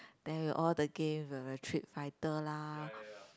then will all the game the the fighter lah